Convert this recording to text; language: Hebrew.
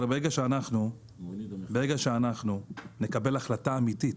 אבל ברגע שאנחנו נקבל החלטה אמיתית,